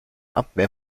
abwehr